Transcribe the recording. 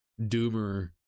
doomer